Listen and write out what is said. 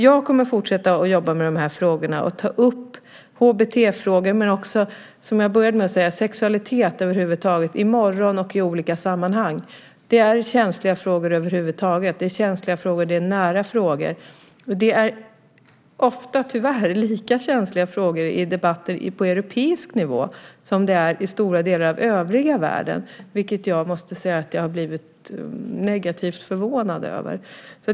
Jag kommer att fortsätta jobba med de här frågorna och ta upp HBT-frågor men också, som jag började med att säga, sexualitet över huvud taget i morgon och i olika sammanhang. Det är känsliga frågor. Det är nära frågor. Och det är ofta, tyvärr, lika känsliga frågor i debatter på europeisk nivå som det är i stora delar av övriga världen, vilket jag måste säga att jag har blivit negativt förvånad över.